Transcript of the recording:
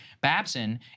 Babson